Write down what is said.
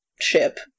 ship